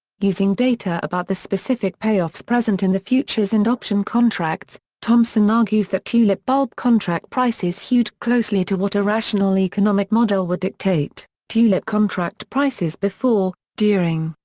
using data about the specific payoffs present in the futures and option contracts, thompson argues that tulip bulb contract prices hewed closely to what a rational economic model would dictate, tulip contract prices before, during,